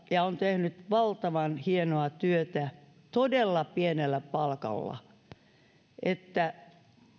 ja on tehnyt todella valtavan hienoa työtä todella pienellä palkalla niin että